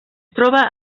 troba